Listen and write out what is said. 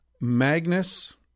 Magnus